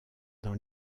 dans